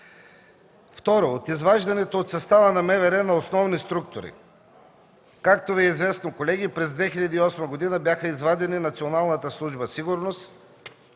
Второ, от изваждането от състава на МВР на основни структури. Както Ви е известно, колеги, през 2008 г. бяха извадени Национална служба „Сигурност”